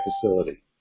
facility